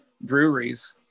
breweries